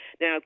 Now